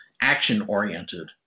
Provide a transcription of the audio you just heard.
action-oriented